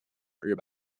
日本